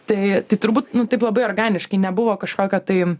tai tai turbūt nu taip labai organiškai nebuvo kažkokio tai